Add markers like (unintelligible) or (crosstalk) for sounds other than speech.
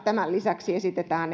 tämän lisäksi esitetään (unintelligible)